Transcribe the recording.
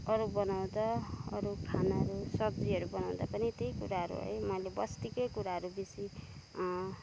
अरू बनाउँदा अरू खाना सब्जीहरू बनाउँदा पनि त्यही कुराहरू मैले बस्तीकै कुराहरू बेसी